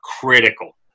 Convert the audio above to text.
critical